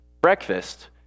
breakfast